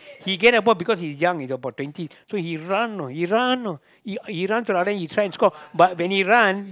he get the ball because he young he's about twenty so he run you know he run know he run to the other end he try and score but when he run